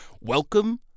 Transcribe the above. Welcome